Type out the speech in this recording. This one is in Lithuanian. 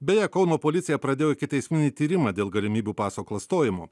beje kauno policija pradėjo ikiteisminį tyrimą dėl galimybių paso klastojimo